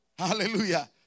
Hallelujah